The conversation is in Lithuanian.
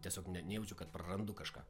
tiesiog ne nejaučiu kad prarandu kažką